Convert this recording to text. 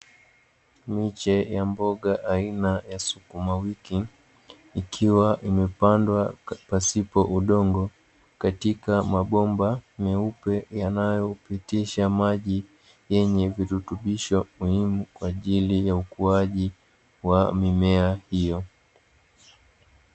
Miche ya mboga aina ya sukuma wiki, ikiwa imepandwa pasipo udongo. Katika mabomba meupe yanayopitisha maji, yenye virutubisho muhimu kwa ajili ya ukuaji ya mimea hiyo.